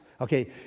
Okay